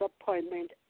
appointment